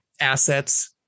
assets